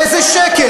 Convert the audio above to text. לא, איזה שקר?